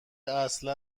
اصلا